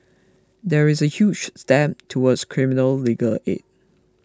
that is a huge step towards criminal legal aid